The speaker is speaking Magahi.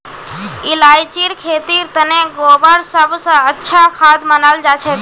इलायचीर खेतीर तने गोबर सब स अच्छा खाद मनाल जाछेक